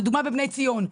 לדוגמה בבני ציון,